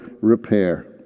repair